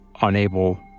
unable